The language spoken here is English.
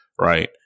Right